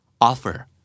Offer